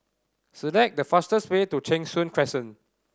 select the fastest way to Cheng Soon Crescent